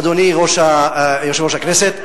אדוני יושב-ראש הכנסת,